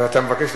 אז אתה מבקש,